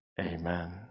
amen